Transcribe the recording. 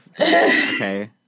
Okay